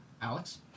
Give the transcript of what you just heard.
alex